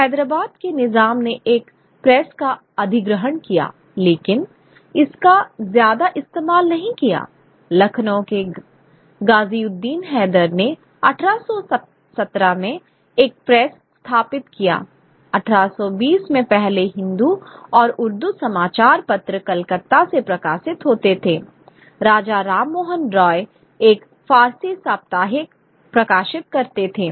हैदराबाद के निज़ाम ने एक प्रेस का अधिग्रहण किया लेकिन इसका ज्यादा इस्तेमाल नहीं किया लखनऊ के गाज़ीउद्दीन हैदर ने 1817 में एक प्रेस स्थापित किया 1820 में पहले हिंदी और उर्दू समाचार पत्र कलकत्ता से प्रकाशित होते थे राजा राममोहन रॉय एक फ़ारसी साप्ताहिक प्रकाशित करते थे